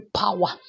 power